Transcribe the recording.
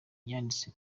yanditse